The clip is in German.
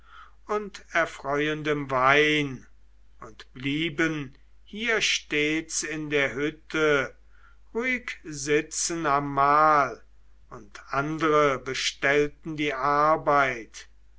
und erfreuendem wein und blieben hier stets in der hütte ruhig sitzen am mahl und andre bestellten die arbeit